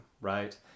right